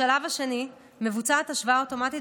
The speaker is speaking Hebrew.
בשלב השני מבוצעת השוואה אוטומטית,